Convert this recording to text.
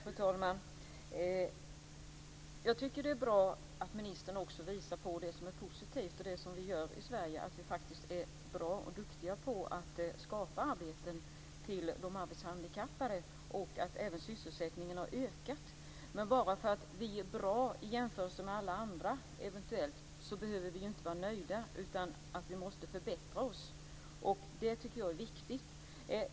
Fru talman! Jag tycker att det är bra att ministern också visar på det som är positivt och det som vi gör i Sverige, att vi faktiskt är bra och duktiga på att skapa arbeten till de arbetshandikappade och att även sysselsättningen har ökat. Men bara för att vi eventuellt är bra i jämförelse med alla andra behöver vi ju inte vara nöjda, utan vi måste förbättra oss. Det tycker jag är viktigt.